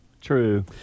True